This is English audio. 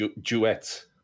duets